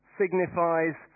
signifies